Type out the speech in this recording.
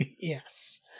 Yes